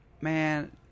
man